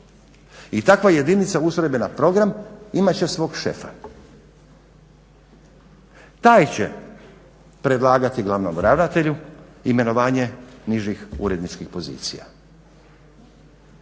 I takva jedinica ustrojbena program imat će svog šefa. Taj će predlagati glavnom ravnatelju imenovanje nižih uredničkih pozicija.